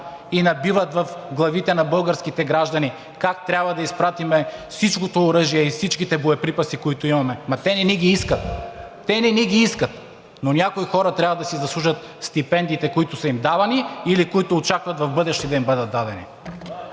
и набиват в главите на българските граждани как трябва да изпратим всичкото оръжие и всичките боеприпаси, които имаме. Ама те не ни ги искат! Те не ни ги искат! Но някои хора трябва да си заслужат стипендиите, които са им давани, или които очакват в бъдеще да им бъдат дадени.